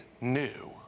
new